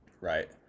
right